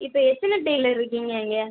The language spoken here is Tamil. இப்போ எத்தனை டெய்லர் இருக்கீங்க இங்கே